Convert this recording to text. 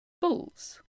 Bulls